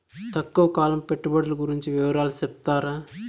తక్కువ కాలం పెట్టుబడులు గురించి వివరాలు సెప్తారా?